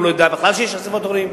הוא לא יודע בכלל שיש אספת הורים.